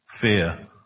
fear